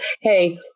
hey